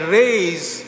raise